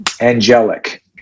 angelic